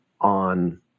on